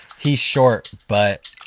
he's short but,